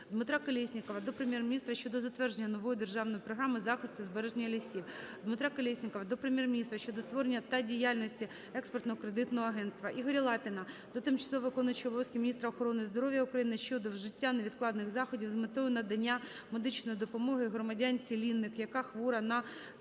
Дмитра Колєснікова до Прем'єр-міністра щодо затвердження нової державної програми захисту і збереження лісів. Дмитра Колєснікова до Прем'єр-міністра щодо створення та діяльності Експортно-кредитного агентства. Ігоря Лапіна до тимчасово виконуючої обов'язки міністра охорони здоров'я України щодо вжиття невідкладних заходів з метою надання медичної допомоги громадянці Линник, яка хвора на порфірію.